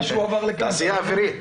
התעשייה האווירית.